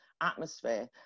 atmosphere